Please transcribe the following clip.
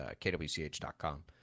kwch.com